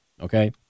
okay